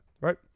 right